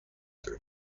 کنی